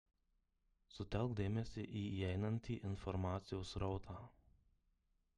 sutelk dėmesį į įeinantį informacijos srautą